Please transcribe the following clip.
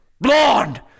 blonde